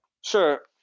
Sure